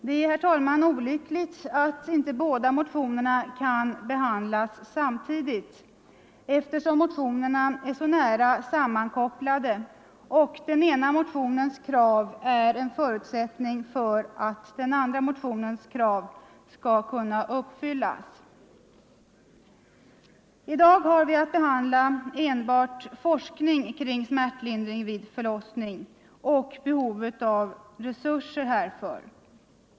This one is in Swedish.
Det är olyckligt att inte de båda motionerna kan behandlas samtidigt, eftersom de är så nära sammankopplade och den ena motionens krav är en förutsättning för att den andra motionens krav skall kunna uppfyllas. I dag har vi att behandla enbart forskning kring smärtlindring vid förlossning och behovet av resurser härför.